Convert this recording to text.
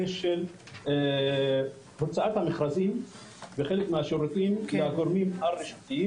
של הוצאת המכרזים וחלק מהשירותים לגורמים הרשותיים